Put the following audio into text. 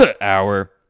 hour